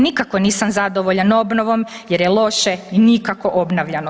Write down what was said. Nikako nisam zadovoljan obnovom jer je loše i nikako obnavljano.